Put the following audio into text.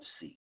see